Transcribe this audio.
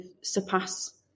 surpass